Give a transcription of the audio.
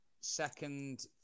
Second